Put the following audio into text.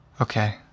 Okay